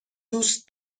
دوست